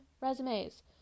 resumes